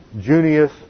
Junius